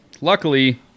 luckily